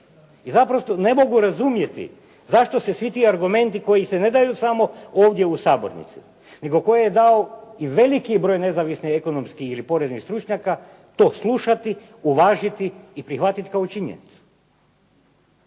I naprosto ne mogu razumjeti zašto se svi ti argumenti koji se ne daju samo ovdje u Sabornici nego koji je dao i veliki broj nezavisnih ekonomskih ili poreznih stručnjaka to slušati, uvažiti i prihvatiti kao činjenicu.